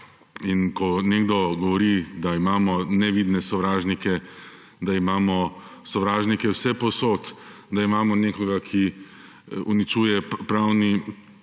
in ko nekdo govori, da imamo nevidne sovražnike, da imamo sovražnike vsepovsod, da imamo nekoga, 58. TRAK: